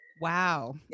Wow